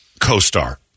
Co-Star